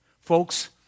Folks